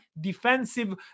defensive